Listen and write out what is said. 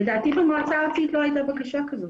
לדעתי במועצה הארצית לא הייתה בכלל בקשה כזאת.